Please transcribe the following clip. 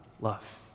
love